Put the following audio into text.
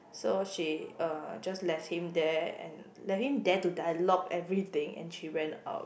so she uh just left him there and left him there to dialogue everything and she went out